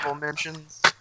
mentions